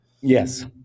Yes